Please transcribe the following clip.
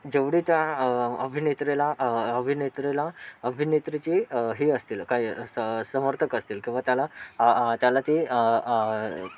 जेवढे त्या अभिनेत्रीला अभिनेत्रीला अभिनेत्रीची हे असतील काय स समर्थक असतील किंवा त्याला आ आ त्याला ती आ आ